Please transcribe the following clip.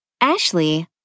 Ashley